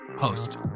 host